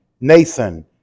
Nathan